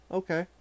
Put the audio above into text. okay